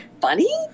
funny